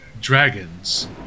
dragons